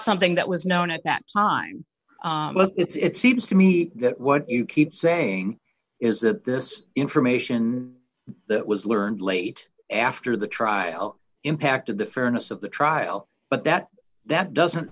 something that was known at that time but it's seems to me that what you keep saying is that this information that was learned late after the trial impacted the fairness of the trial but that that doesn't